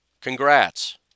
Congrats